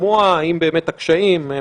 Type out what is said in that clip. ולשמוע האם באמת הקשיים הם